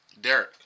Derek